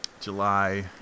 July